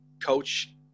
Coach